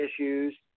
issues